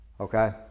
okay